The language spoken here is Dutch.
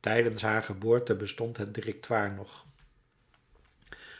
tijdens haar geboorte bestond het directoire nog